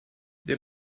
der